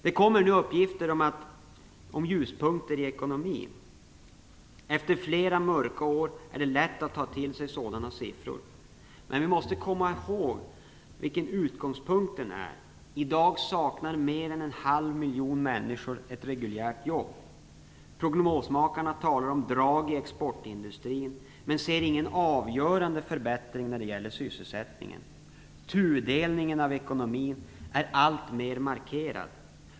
Det kommer nu uppgifter om ljuspunkter i ekonomin. Efter flera mörka år är det lätt att ta till sig sådana siffror. Men vi måste komma ihåg vad utgångspunkten är. I dag saknar mer än 0,5 miljoner människor ett reguljärt jobb. Prognosmakarna talar om drag i exportindustrin men ser ingen avgörande förbättring när det gäller sysselsättningen. Tudelningen i ekonomin är alltmer markerad.